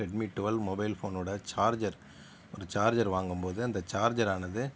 Redmi twelve mobile போனோடய charger ஒரு charger வாங்கும்போது அந்த சார்ஜரானது